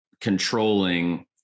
controlling